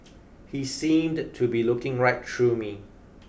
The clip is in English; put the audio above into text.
he seemed to be looking right through me